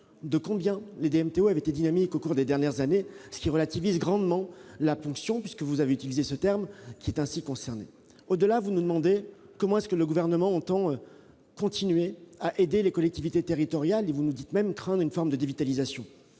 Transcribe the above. combien les DMTO ont été dynamiques au cours des dernières années, ce qui relativise grandement la « ponction » évoquée, puisque vous avez utilisé ce terme. Au-delà, vous nous demandez comment le Gouvernement entend continuer à aider les collectivités territoriales et vous nous dites même craindre une forme de dévitalisation.